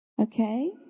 Okay